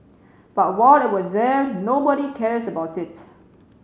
but while it was there nobody cares about it